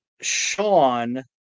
sean